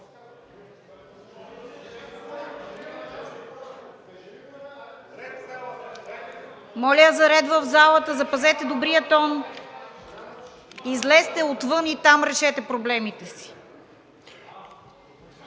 Моля за ред в залата, запазете добрия тон. Излезте отвън и там решете проблемите си.